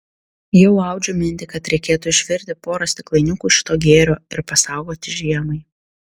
jau audžiu mintį kad reikėtų išvirti porą stiklainiukų šito gėrio ir pasaugoti žiemai